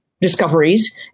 discoveries